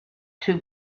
two